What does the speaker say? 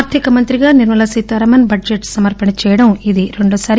ఆర్థిక మంత్రిగా నిర్మల సీతారామన్ బడ్లెట్ సమర్పణ చేయడం ఇది రెండోసారి